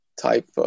type